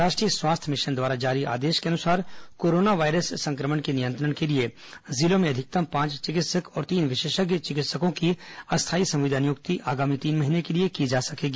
राष्ट्रीय स्वास्थ्य मिशन द्वारा जारी आदेश के अनुसार कोरोना वायरस संक्रमण के नियंत्रण के लिए जिलों में अधिकतम पांच चिकित्सक और तीन विशेषज्ञ चिकित्सकों की अस्थायी संविदा नियुक्ति आगामी तीन महीने के लिए की जा सकेगी